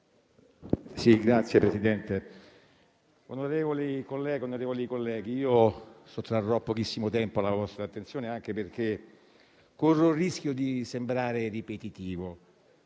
Signor Presidente, onorevoli colleghe e colleghi, sottrarrò pochissimo tempo alla vostra attenzione, anche perché corro il rischio di sembrare ripetitivo.